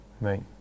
Right